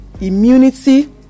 immunity